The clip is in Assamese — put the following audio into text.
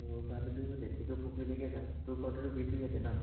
ত' ভাবিলোঁ লেটেকু পুখুৰীলৈকে যাওঁ তোৰ ঘৰটোতো বিহপুৰীয়াতে ন